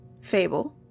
Fable